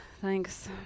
thanks